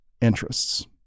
interests